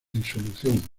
disolución